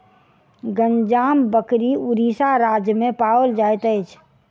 गंजाम बकरी उड़ीसा राज्य में पाओल जाइत अछि